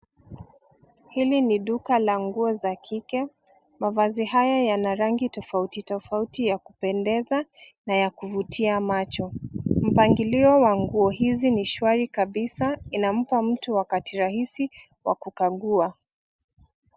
Hili ni duka la nguo za kike, mavazi haya yana rangi tofauti tofauti ya kupendeza na ya kuvutia macho. Mpangilio wa nguo hizi ni shwari kabisa inampa mtu wakati rahisi wa kukagua.